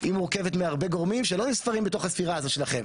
מורכבת מהרבה גורמים שלא נספרים בתוך הספירה הזו שלכם,